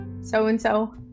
so-and-so